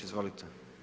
Izvolite.